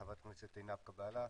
חברת הכנסת עינב קאבלה.